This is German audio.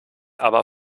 aber